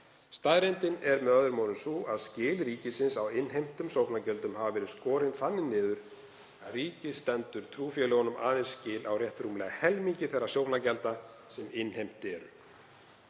Staðreyndin er með öðrum orðum sú að skil ríkisins á innheimtum sóknargjöldum hafa verið skorin þannig niður að ríkið stendur trúfélögunum aðeins skil á rétt rúmlega helmingi þeirra sóknargjalda sem innheimt eru.